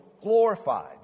glorified